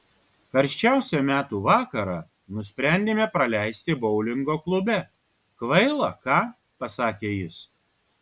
karščiausią metų vakarą nusprendėme praleisti boulingo klube kvaila ką pasakė jis